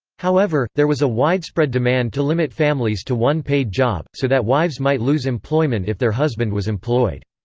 however, there was a widespread demand to limit families to one paid job, so that wives might lose employment if their husband was employed.